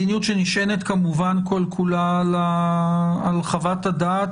מדיניות שנשענת כמובן כול כולה על חוות הדעת